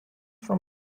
from